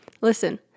Listen